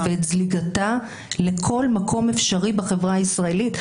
ואת זליגתה לכל מקום אפשרי בחברה הישראלית,